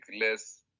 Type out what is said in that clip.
less